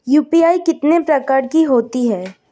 UPI कितने प्रकार की होती हैं?